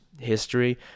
history